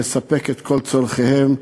לספק את כל צורכיהם,